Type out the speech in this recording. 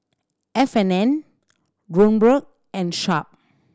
F and N Kronenbourg and Sharp